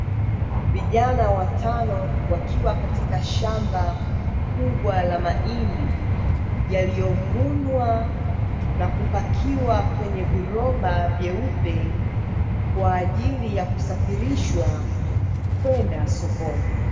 Vijana watano wakiwa katika shamba kubwa la mahindi, yaliyovunwa na kupakiwa kwenye viroba vyeupe, kwa ajili ya kusafiririshwa kwenda sokoni.